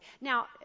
Now